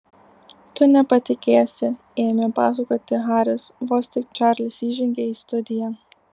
tu nepatikėsi ėmė pasakoti haris vos tik čarlis įžengė į studiją